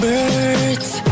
Birds